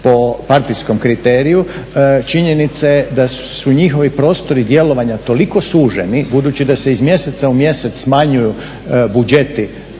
po partijskom kriteriju činjenica je da su njihovi prostori djelovanja toliko suženi budući da se iz mjeseca u mjesec smanjuju budžeti